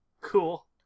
Cool